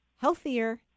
healthier